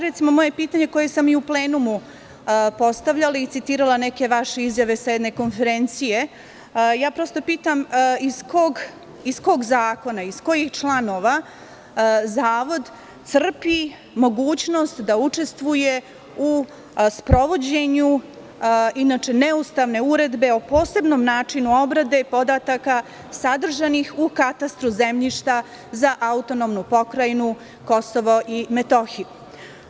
Recimo, moje pitanje koja sam i u plenumu postavljala, citirala neke vaše izjave sa jedne konferencije, prosto pitam iz kog zakona, iz kojih članova Zavod crpi mogućnost da učestvuje u sprovođenju inače neustavne Uredbe o posebnom načinu obrade podataka sadržanih u katastru zemljišta za AP Kosovo i Metohiju?